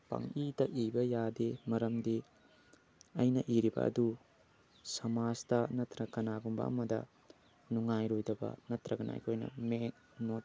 ꯄꯪꯏꯇ ꯏꯕ ꯌꯥꯗꯦ ꯃꯔꯝꯗꯤ ꯑꯩꯅ ꯏꯔꯤꯕ ꯑꯗꯨ ꯁꯃꯥꯖꯇ ꯅꯠꯇ꯭ꯔꯒ ꯀꯅꯥꯒꯨꯝꯕ ꯑꯃꯗ ꯅꯨꯡꯉꯥꯏꯔꯣꯏꯗꯕ ꯅꯠꯇ꯭ꯔꯒꯅ ꯑꯩꯈꯣꯏꯅ ꯃꯦꯛ ꯅꯣꯠ